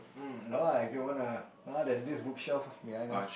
mm no lah if you wanna no there's this book shop behind us